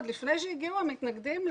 עוד לפני שהגיעו המתנגדים,